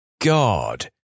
God